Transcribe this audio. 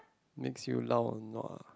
makes you lao nua